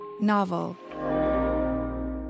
Novel